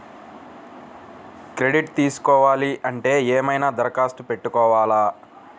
Credit తీసుకోవాలి అంటే ఏమైనా దరఖాస్తు పెట్టుకోవాలా?